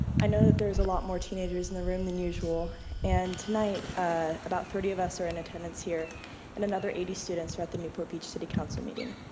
i know that there's a lot more teenagers in the room than usual and tonight ah about thirty of us are in attendance here and another eighty students are at the newport beach city council meeting.